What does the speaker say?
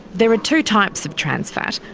there are two types of trans fat.